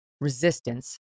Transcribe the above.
resistance